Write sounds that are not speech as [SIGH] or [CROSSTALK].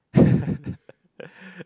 [LAUGHS]